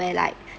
where like